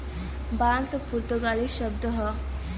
बांस पुर्तगाली शब्द हौ